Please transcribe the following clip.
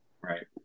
right